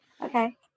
Okay